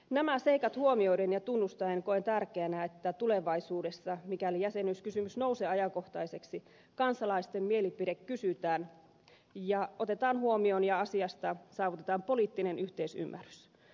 nämä seikat huomioiden ja tunnustaen koen tärkeänä että tulevaisuudessa mikäli jäsenyyskysymys nousee ajankohtaiseksi kansalaisten mielipide kysytään ja otetaan huomioon ja asiasta saavutetaan poliittinen yhteisymmärrys